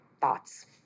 thoughts